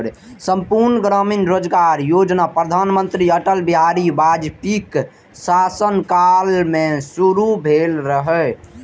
संपूर्ण ग्रामीण रोजगार योजना प्रधानमंत्री अटल बिहारी वाजपेयीक शासन काल मे शुरू भेल रहै